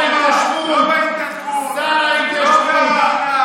מכובדי השר, שר ההתיישבות.